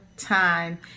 time